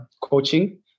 coaching